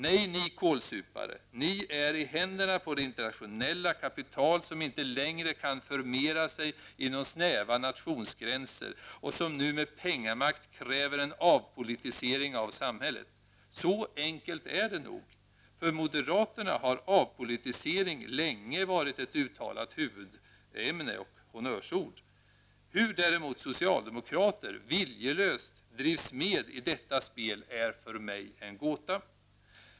Nej, ni kålsupare, ni är i händerna på det internationella kapital som inte längre kan förmera sig inom snäva nationsgränser och som nu med pengamakt kräver en avpolitisering av samhället. Så enkelt är det nog. För moderaterna har avpolitisering länge varit ett uttalat huvudämne och honnörsord. Hur socialdemokraterna däremot viljelöst drivs med i detta spel är för mig en gåta.